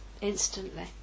instantly